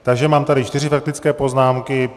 Takže mám tady čtyři faktické poznámky.